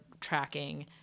tracking